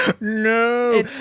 No